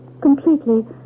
Completely